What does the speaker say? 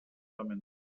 coming